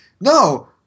no